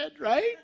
right